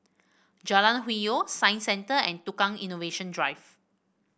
Jalan Hwi Yoh Science Centre and Tukang Innovation Drive